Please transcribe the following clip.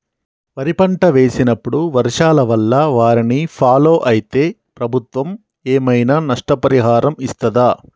వరి పంట వేసినప్పుడు వర్షాల వల్ల వారిని ఫాలో అయితే ప్రభుత్వం ఏమైనా నష్టపరిహారం ఇస్తదా?